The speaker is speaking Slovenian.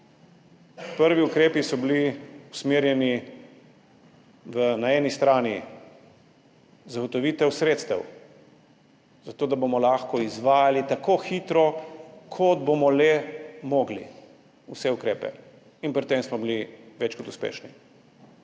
Prvi ukrepi so bili usmerjeni na eni strani v zagotovitev sredstev za to, da bomo lahko izvajali tako hitro, kot bomo le mogli, vse ukrepe, in pri tem smo bili več kot uspešni.